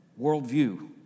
worldview